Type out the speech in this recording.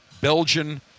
Belgian